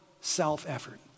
self-effort